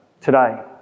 today